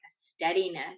steadiness